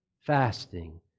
fasting